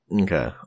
Okay